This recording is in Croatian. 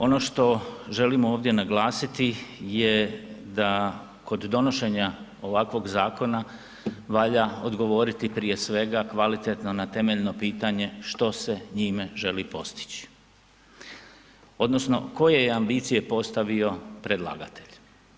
Ono što želimo ovdje naglasiti je da kod donošenja ovakvog zakona valja odgovoriti prije svega kvalitetno na temeljno pitanje što se njime želi postići odnosno koje je ambicije postavio predlagatelj.